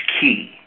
key